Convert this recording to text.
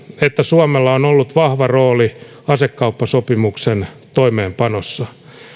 että suomella on ollut vahva rooli asekauppasopimuksen toimeenpanossa